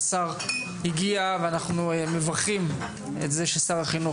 השר הגיע ואנחנו מברכים את זה ששר החינוך,